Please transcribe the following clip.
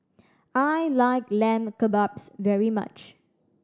I like Lamb Kebabs very much